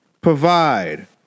provide